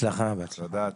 תודה.